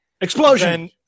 Explosion